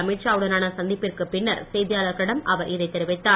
அமீத்ஷா உடனான சந்திப்பிற்குப் பின்னர் செய்தியாளர்களிடம் அவர் இதை தெரிவித்தார்